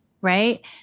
right